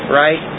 right